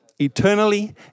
Eternally